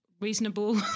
Reasonable